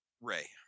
Ray